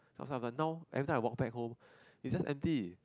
but now everytime I walk back home it's just empty